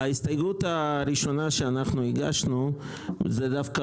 ההסתייגות הראשונה שהגשנו זה דווקא